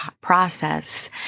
process